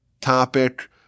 topic